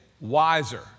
wiser